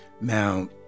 Now